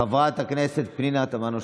חברת הכנסת פנינה תמנו שטה.